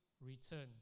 return